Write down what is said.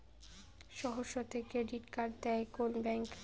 সহজ শর্তে credit card দেয় কোন ব্যাংক?